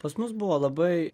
pas mus buvo labai